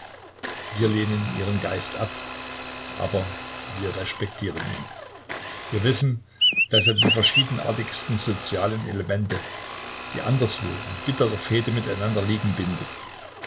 wir lehnen ihren geist ab aber wir respektieren ihn wir wissen daß er die verschiedenartigsten sozialen elemente die anderswo in bitterer fehde miteinander liegen bindet